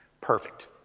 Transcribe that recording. perfect